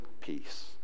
peace